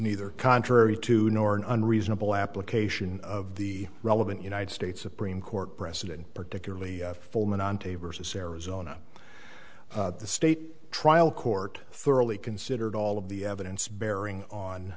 neither contrary to nor an unreasonable application of the relevant united states supreme court precedent particularly fulminant a versus arizona the state trial court thoroughly considered all of the evidence bearing on